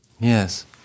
Yes